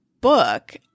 book